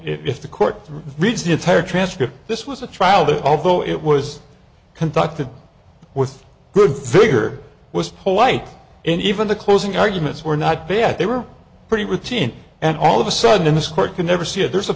if the court reads the entire transcript this was a trial that although it was conducted with good figure was polite and even the closing arguments were not bad they were pretty routine and all of a sudden this court can never see if there's a